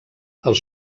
els